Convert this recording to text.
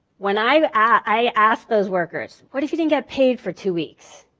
when i i asked those workers, what if you didn't get paid for two weeks?